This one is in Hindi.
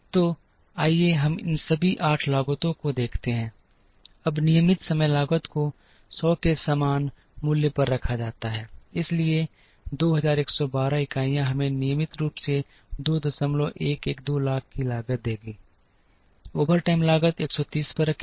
तो आइए हम इन सभी 8 लागतों को देखते हैं अब नियमित समय लागत को 100 के समान मूल्य पर रखा जाता है इसलिए 2112 इकाइयां हमें नियमित रूप से 2112 लाख की लागत देगी ओवरटाइम लागत 130 पर रखी गई है